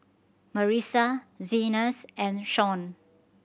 Marisa Zenas and Shon